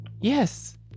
Yes